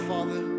Father